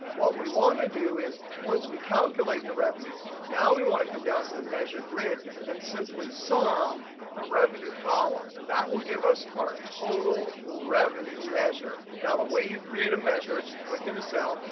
what we want to do is once we calculate the revenue, now we want to come down to the measure grid and simply sum the revenue column. that will give us our total revenue measure. now, the way you create a measure is you click in a cell.